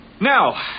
Now